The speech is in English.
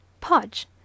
Podge